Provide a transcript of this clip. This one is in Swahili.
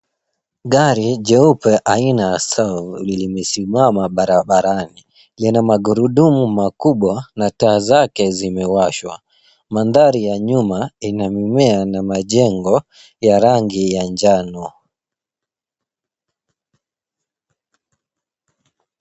Gari jeupe aina ya song limesimama barabarani. Yana magurudumu makubwa na taa zake zimewashwa. Mandhari ya nyuma ina mimea na majengo ya rangi ya njano.